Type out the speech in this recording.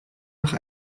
nach